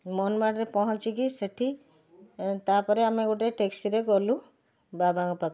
ମନମାଡ଼ ରେ ପହଁଛିକି ସେଠି ତାପରେ ଆମେ ଗୋଟେ ଟାକ୍ସି ରେ ଗଲୁ ବାବାଙ୍କ ପାଖକୁ